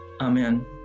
Amen